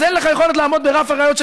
אז אין לך יכולת לעמוד ברף הראיות של